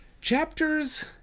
chapters